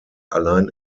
allein